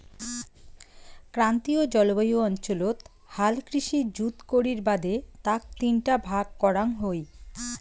ক্রান্তীয় জলবায়ু অঞ্চলত হাল কৃষি জুত করির বাদে তাক তিনটা ভাগ করাং হই